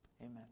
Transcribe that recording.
Amen